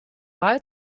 wahl